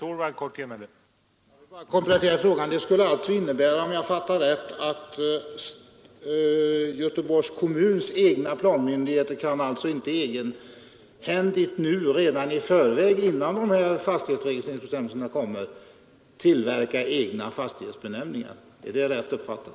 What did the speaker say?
Herr talman! Jag vill bara komplettera min fråga. Det skulle alltså innebära, om jag har förstått herr Grebäck rätt, att Göteborgs kommuns egna planmyndigheter inte egenhändigt nu i förväg, innan fastighetsregistreringsbestämmelserna kommer, kan tillverka egna fastighetsbenämningar. Är det rätt uppfattat?